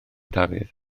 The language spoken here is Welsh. dafydd